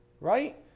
right